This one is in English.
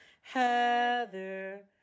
Heather